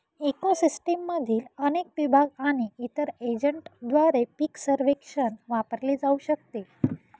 eco सिस्टीममधील अनेक विभाग आणि इतर एजंटद्वारे पीक सर्वेक्षण वापरले जाऊ शकते